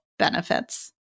benefits